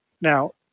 Now